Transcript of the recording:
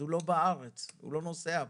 אז הוא לא בארץ, הוא לא נוסע פה.